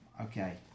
okay